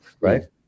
right